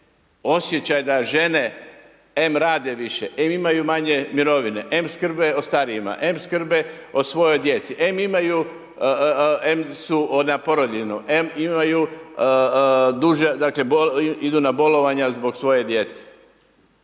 osjećaj da žene, em rade više, em imaju manje mirovine, em skrbe o starijima, em skrbe o svojoj djeci, em su na porodiljnom, em imaju, idu na bolovanje zbog svoje djece.